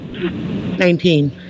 Nineteen